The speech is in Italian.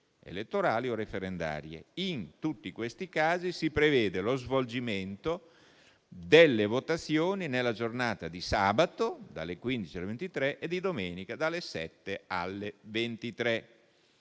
elettorali o referendarie. In tutti questi casi si prevede lo svolgimento delle votazioni nella giornata di sabato, dalle ore 15 alle ore 23, e di domenica, dalle ore 7 alle ore